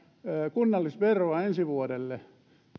kunnallisveroa ensi vuodelle